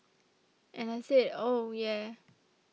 and I said oh yeah